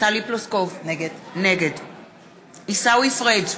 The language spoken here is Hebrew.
טלי פלוסקוב, נגד עיסאווי פריג'